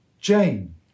Jane